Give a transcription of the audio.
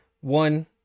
One